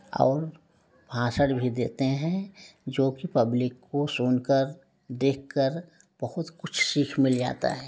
और भाषण भी देते हैं जो कि पब्लिक को सुनकर देखकर बहुत कुछ सीख मिल जाता है